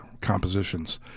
compositions